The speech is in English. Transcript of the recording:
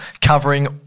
covering